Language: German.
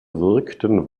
wirkten